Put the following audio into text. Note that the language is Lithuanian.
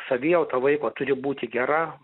savijauta vaiko turi būti gera